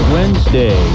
Wednesday